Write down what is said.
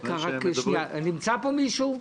נמצא פה מישהו?